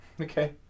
Okay